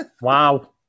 Wow